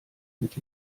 mit